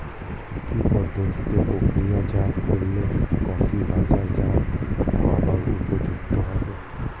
কি পদ্ধতিতে প্রক্রিয়াজাত করলে কফি বাজারজাত হবার উপযুক্ত হবে?